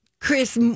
Chris